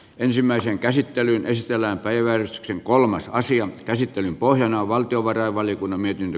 ensimmäisen käsittelyn esitellään päivän kolmas asian käsittelyn pohjana on valtiovarainvaliokunnan mietintö